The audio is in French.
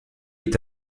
est